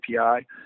API